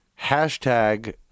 Hashtag